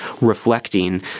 reflecting